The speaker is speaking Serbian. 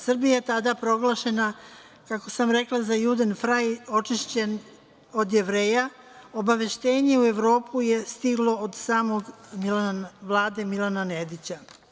Srbija je tada proglašena, kako sam rekla za Juden fraj očišćen od Jevreja, obaveštenje u Evropu je stiglo od same Vlade Milana Nedića.